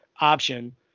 option